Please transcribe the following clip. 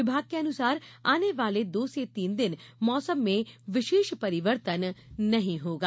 विभाग के अनुसार आने वाले दो से तीन दिन मौसम में विशेष परिवर्तन नहीं होगा